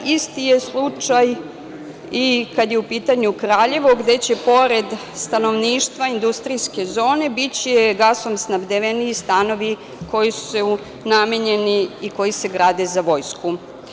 Isti je slučaj i kada je u pitanju Kraljevo, gde će pored stanovništva, industrijske zone, biće gasom snabdeveni i stanovi koji su namenjeni i koji se grade za vojsku.